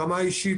ברמה אישית,